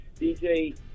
DJ